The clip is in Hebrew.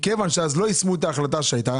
מכיוון שאז לא יישמו את ההחלטה שהייתה